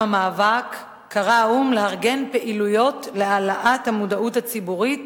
המאבק קרא האו"ם לארגן פעילויות להעלאת המודעות הציבורית